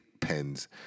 pens